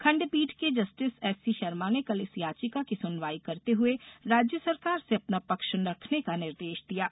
खंडपीठ के justice SC Sharma ने कल इस याचिका की सुनवाई करते हुए राज्य सरकार से अपना पक्ष रखने का निर्देश दिया है